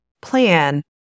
plan